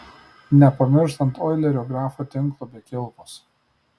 nepamirštant oilerio grafo tinklo be kilpos